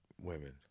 women